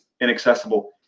inaccessible